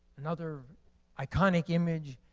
another iconic image,